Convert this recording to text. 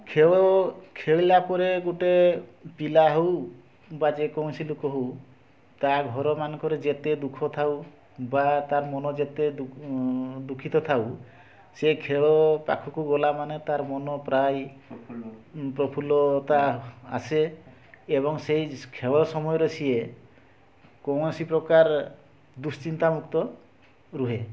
ଖେଳ ଖେଳିଲା ପରେ ଗୋଟିଏ ପିଲା ହେଉ ବା ଯେକୌଣସି ଲୋକ ହେଉ ତା' ଘରମାନଙ୍କରେ ଯେତେ ଦୁଃଖ ଥାଉ ବା ତା'ର ମନ ଯେତେ ଦୁ ଦୁଃଖୀତ ଥାଉ ସେ ଖେଳ ପାଖକୁ ଗଲା ମାନେ ତା'ର ମନ ପ୍ରାୟ ପ୍ରଫୁଲ୍ଲତା ଆସେ ଏବଂ ସେହି ଖେଳ ସମୟରେ ସିଏ କୌଣସି ପ୍ରକାର ଦୁଃଶ୍ଚିନ୍ତାମୁକ୍ତ ରୁହେ